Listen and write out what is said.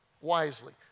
wisely